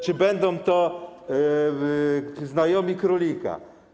Czy będą to znajomi królika?